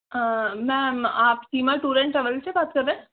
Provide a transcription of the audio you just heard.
हा न मां आप सीमा टूर एंड ट्रैवल्स से बात कर रहे हे